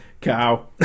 Cow